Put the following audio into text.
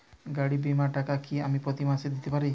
গাড়ী বীমার টাকা কি আমি প্রতি মাসে দিতে পারি?